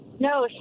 No